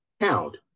count